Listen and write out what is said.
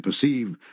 perceive